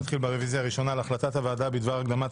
נתחיל ברוויזיה הראשונה על החלטת הוועדה בדבר הקדמת